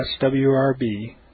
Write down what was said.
SWRB